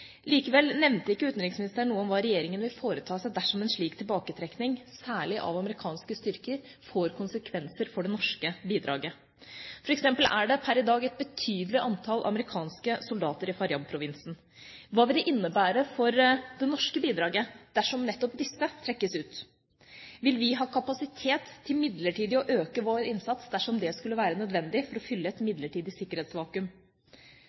Likevel nevnte ikke utenriksministeren noe om hva regjeringa vil foreta seg dersom en slik tilbaketrekking, særlig av amerikanske styrker, får konsekvenser for det norske bidraget. For eksempel er det per i dag et betydelig antall amerikanske soldater i Faryab-provinsen. Hva vil det innebære for det norske bidraget dersom nettopp disse trekkes ut? Vil vi ha kapasitet til midlertidig å øke vår innsats dersom det skulle være nødvendig for å fylle et